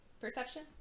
Perception